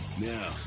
Now